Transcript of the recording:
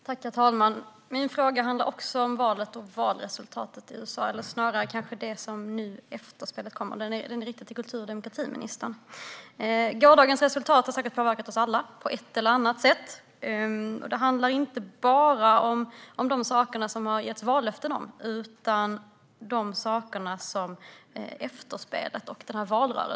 Herr talman! Min fråga handlar också om valet och valresultatet i USA eller snarare om efterspelet. Den är riktad till kultur och demokratiministern. Gårdagens resultat har säkert påverkat oss alla på ett eller annat sätt. Det handlar inte bara om vallöftena utan om det som valrörelsen och efterspelet medför.